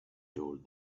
told